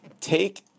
take